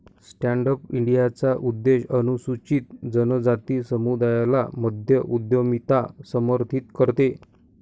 stand up इंडियाचा उद्देश अनुसूचित जनजाति समुदायाला मध्य उद्यमिता समर्थित करते